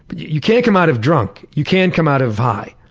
but you you can't come out of drunk. you can come out of high.